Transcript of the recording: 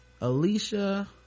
Alicia